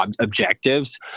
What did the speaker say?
objectives